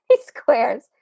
squares